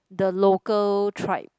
the local tribe